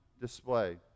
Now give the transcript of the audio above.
display